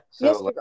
Yes